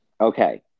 okay